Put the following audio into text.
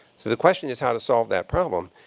so the question is how to solve that problem.